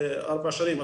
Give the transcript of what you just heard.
ארבע שנים.